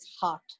heart